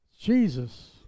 Jesus